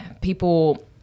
people